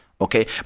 Okay